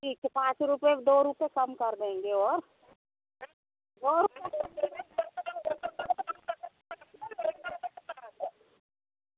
ठीक है पाँच रुपये दो रुपये कम कर देंगे और और क्या चाहिए